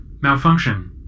malfunction